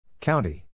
county